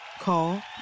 Call